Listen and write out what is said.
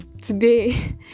today